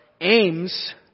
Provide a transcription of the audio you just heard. aims